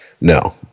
No